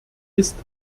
ist